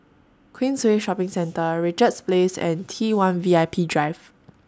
Queensway Shopping Centre Richards Place and T one V I P Drive